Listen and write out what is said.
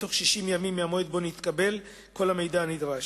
בתוך 60 ימים מהמועד שבו נתקבל כל המידע הנדרש,